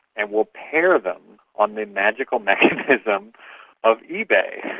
and we'll pair them on the magical magnetism of ebay,